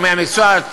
גורמי המקצוע.